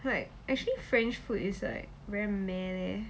like actually french food is like very meh leh